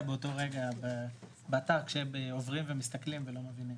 באותו רגע באתר כשהם עוברים ומסתכלים ולא מבינים.